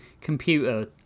computer